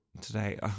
today